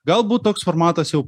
galbūt toks formatas jau